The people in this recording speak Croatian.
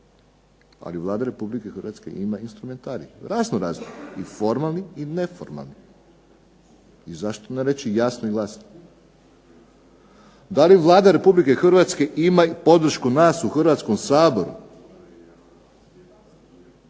ali Vlada Republike Hrvatske ima instrumentarij raznorazni, i formalni i neformalni. I zašto ne reći jasno i glasno. Da li Vlada Republike Hrvatske ima i podršku nas u Hrvatskom saboru